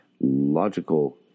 logical